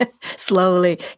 slowly